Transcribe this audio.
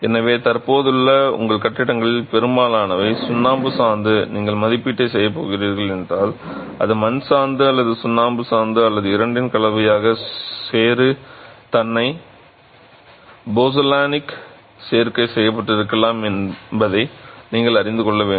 எனவே தற்போதுள்ள உங்கள் கட்டிடங்களில் பெரும்பாலானவை சுண்ணாம்பு சாந்து நீங்கள் மதிப்பீட்டைச் செய்யப் போகிறீர்கள் என்றால் அது மண் சாந்து அல்லது சுண்ணாம்பு சாந்து அல்லது இரண்டின் கலவையால் சேறு தன்னை போசோலானிக் சேர்க்கை செய்யப்பட்டிருக்கலாம் என்பதை நீங்கள் அறிந்து கொள்ள வேண்டும்